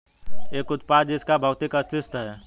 एक उत्पाद जिसका भौतिक अस्तित्व है?